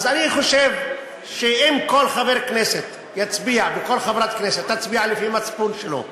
אז אני חושב שאם כל חבר כנסת וכל חברת כנסת יצביעו לפי המצפון שלהם,